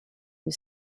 you